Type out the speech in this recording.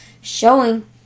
showing